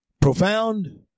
profound